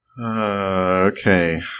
Okay